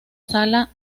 sala